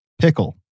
pickle